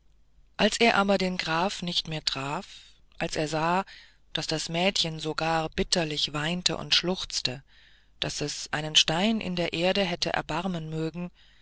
als er aber den grafen nicht mehr traf als er sah daß das mädchen so gar bitterlich weinte und schluchzte daß es einen stein in der erde hätte erbarmen mögen